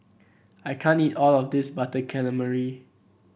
I can't eat all of this Butter Calamari